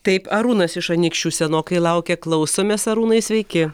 taip arūnas iš anykščių senokai laukia klausomės arūnai sveiki